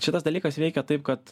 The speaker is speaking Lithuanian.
šitas dalykas veikia taip kad